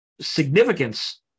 significance